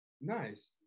Nice